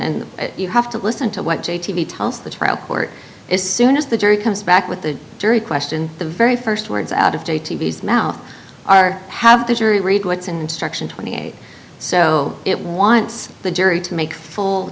and you have to listen to what j t tells the trial court as soon as the jury comes back with the jury question the very first words out of j t v's mouth are have the jury read what's instruction twenty eight so it wants the jury to make full